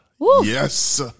yes